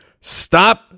Stop